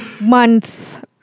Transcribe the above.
month